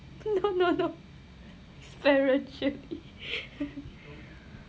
no no no experientially